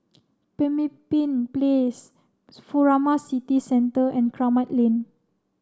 Pemimpin Place Furama City Centre and Kramat Lane